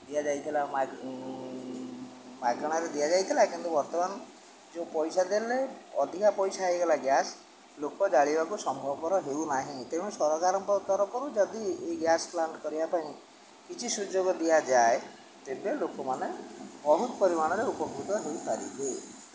ଦିଆଯାଇଥିଲା ମାଗଣାରେ ଦିଆଯାଇଥିଲା କିନ୍ତୁ ବର୍ତ୍ତମାନ ଯେଉଁ ପଇସା ଦେଲେ ଅଧିକା ପଇସା ହେଇଗଲା ଗ୍ୟାସ୍ ଲୋକ ଜାଳିବାକୁ ସମ୍ଭବକର ହେଉନାହିଁ ତେଣୁ ସରକାରଙ୍କ ତରଫରୁ ଯଦି ଏଇ ଗ୍ୟାସ୍ ପ୍ଲାଣ୍ଟ୍ କରିବା ପାଇଁ କିଛି ସୁଯୋଗ ଦିଆଯାଏ ତେବେ ଲୋକମାନେ ବହୁତ ପରିମାଣରେ ଉପକୃତ ହେଇପାରିବେ